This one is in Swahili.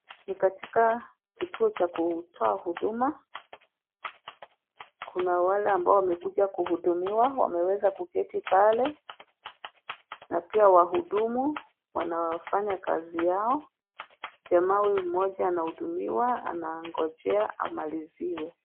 Ni katika kituo cha kutoa huduma, Kuna wale ambao wamekuja kuhudumiwa wameweza kuketi pale, na pia wahudumu wanafanya kazi yao, na pia jamaa huyu mmoja anahudumiwa. Anangoja amaliziwe.